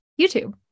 YouTube